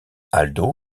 aldo